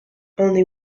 only